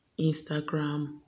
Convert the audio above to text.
instagram